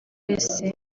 wese